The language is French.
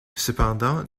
cependant